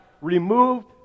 removed